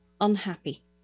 unhappy